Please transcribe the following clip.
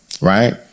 Right